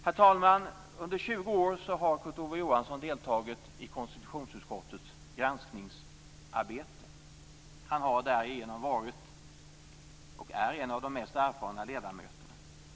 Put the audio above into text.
Herr talman! Under 20 år har Kurt Ove Johansson deltagit i konstitutionsutskottets granskningsarbete. Han har därigenom varit, och är, en av de mest erfarna ledamöterna.